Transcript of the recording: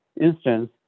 instance